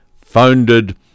founded